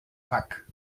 pack